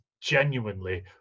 genuinely